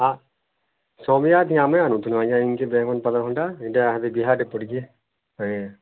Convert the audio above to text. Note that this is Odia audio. ଆ ସବଜି ଆମେ ଆଣୁଥିଲୁ ଆଜ୍ଞା ଏଇଟା ବିହାରେ ପଡ଼ିଛି ଆଜ୍ଞା